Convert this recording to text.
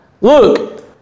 Look